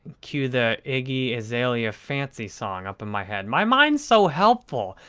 cue the iggy azalea fancy song up in my head. my mind's so helpful.